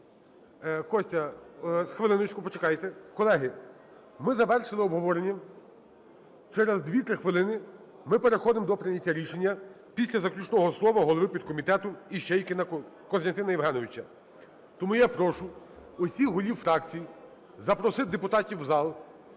Костя… Хвилиночку, почекайте. Колеги, ми завершили обговорення. Через 2-3 хвилини ми переходимо до прийняття рішення після заключного слова голови підкомітету Іщейкіна Костянтина Євгеновича. Тому я прошу усіх голів фракцій запросити депутатів в зал.